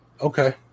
Okay